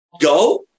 go